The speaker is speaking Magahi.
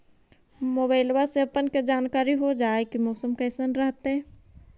मोबाईलबा से अपने के जानकारी हो जा है की मौसमा कैसन रहतय?